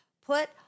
put